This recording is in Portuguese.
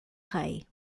rei